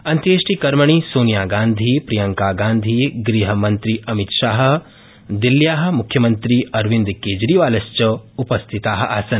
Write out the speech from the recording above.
अन्त्येष्टिकर्मणि सोनियागांधी प्रियकागांधी गृहमन्त्री अमितशाह दिल्ल्या मुख्यमन्त्री अरविन्दकेजरीवालश्च उपस्थिता आसन्